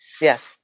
Yes